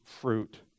fruit